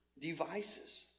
devices